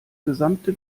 gesamte